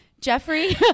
Jeffrey